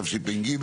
התשפ"ג,